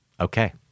Okay